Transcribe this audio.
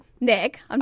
Nick